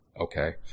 okay